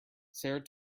sarah